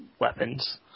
weapons